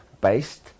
based